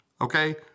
Okay